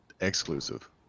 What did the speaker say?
Exclusive